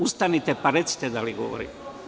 Ustanite pa recite da li govorim.